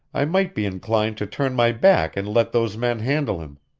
i might be inclined to turn my back and let those men handle him.